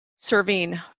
serving